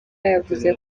yavuze